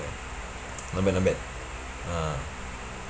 not bad not bad uh